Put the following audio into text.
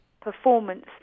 performance